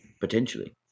potentially